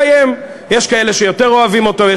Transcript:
יש כאלה שאוהבים אותו יותר,